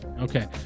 okay